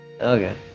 Okay